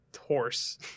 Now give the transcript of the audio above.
horse